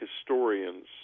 historians